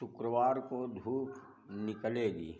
शुक्रवार को धूप निकलेगी